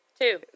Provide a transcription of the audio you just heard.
Two